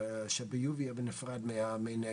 שביוב יהיה בנפרד ממי הנגר.